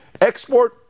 Export